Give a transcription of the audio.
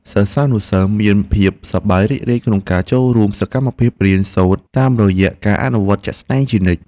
សិស្សានុសិស្សមានភាពសប្បាយរីករាយក្នុងការចូលរួមសកម្មភាពរៀនសូត្រតាមរយៈការអនុវត្តជាក់ស្តែងជានិច្ច។